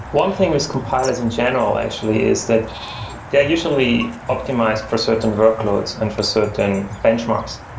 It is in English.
one thing with compilers in general actually is that they're usually optimized for certain workloads and for certain benchmarks.